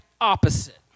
opposite